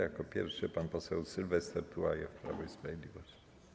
Jako pierwszy pan poseł Sylwester Tułajew, Prawo i Sprawiedliwość.